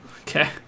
Okay